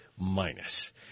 minus